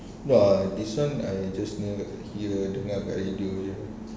lah this [one] I just knew like here dengar dekat radio jer